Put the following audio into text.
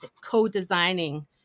co-designing